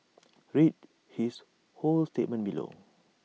read his whole statement below